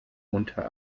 unter